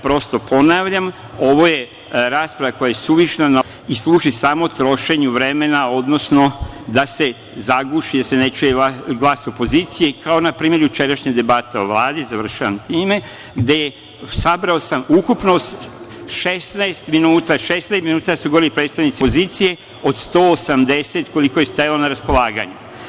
Prosto, ponavljam, ovo je rasprava koja je suvišna na ovakav način i služi samo trošenju vremena, odnosno da se zaguši, da se ne čuje glas opozicije, kao npr. jučerašnja debata o Vladi, završavam time, gde su, sabrao sam, ukupno 16 minuta govorili predstavnici opozicije, od 180 koliko je stajalo na raspolaganju.